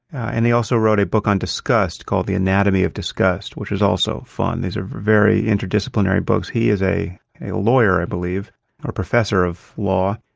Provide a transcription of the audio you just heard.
and he also wrote a book on disgust called the anatomy of disgust, which is also fun. these are very interdisciplinary books. he is a a lawyer, i believe or a professor of law.